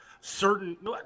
certain